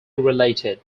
related